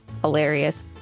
Hilarious